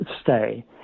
stay